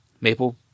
maple